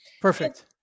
Perfect